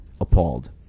appalled